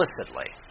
explicitly